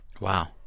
Wow